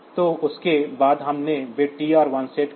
तो उसके बाद हमने बिट TR1 सेट किया